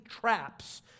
traps